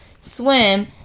swim